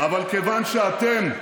אבל מכיוון שאתם,